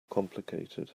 complicated